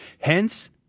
Hence